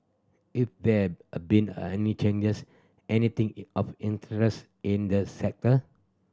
if there a been any changes anything of interest in the sector